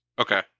okay